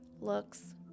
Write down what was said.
looks